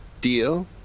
Deal